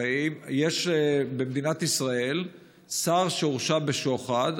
הרי יש במדינת ישראל שר שהורשע בשוחד,